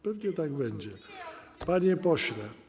Pewnie tak będzie, panie pośle.